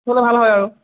দেখিবলৈ ভাল হয় আৰু